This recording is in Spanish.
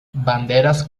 banderas